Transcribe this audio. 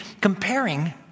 comparing